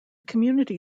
community